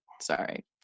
sorry